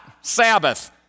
Sabbath